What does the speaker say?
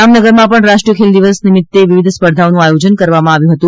જામનગરમાં પણ રાષ્ટ્રીય ખેલ દિવસ નિમિત્તે વિવિધ સ્પર્ધાઓનું આયોજન કરવામાં આવ્યું હતું